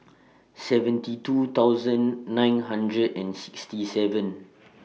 seventy two thousand nine hundred and sixty seven